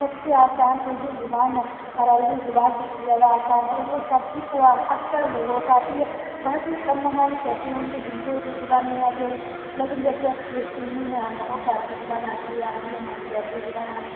سب سے آسان اردو زبان ہے اور عربی زبان سے سب سے زیادہ آسان ہے اور وہ سبھی کو اکثر لوگوں کو آتی ہے بہت ہی کم ممالک ایسے ہوں گے جن کو اردو زبان نہیں آتی ہوگی لیکن جیسے فلسطینی ہیں ان لوگوں کو عربی زبان آتی ہے عربین ہیں ان کو عربی زبان آتی ہے